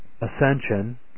ascension